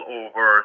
over